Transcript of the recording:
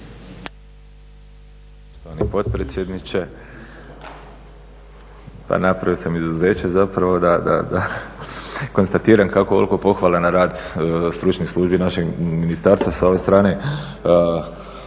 poštovani potpredsjedniče. Pa napravio sam izuzeće zapravo da konstatiram kako ovoliko pohvala na rad stručnih službi našeg Ministarstva sa ove strane